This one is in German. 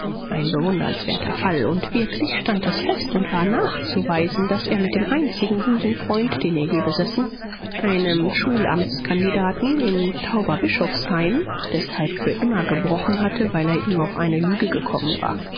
ein bewundernswerter fall und wirklich stand es fest und war nachzuweisen daß er mit dem einzigen busenfreund den er je besessen einem schulamtskandidaten in tauberbischofsheim deshalb für immer gebrochen hatte weil er ihm auf eine lüge gekommen war